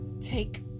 take